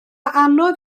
anodd